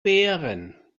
wehren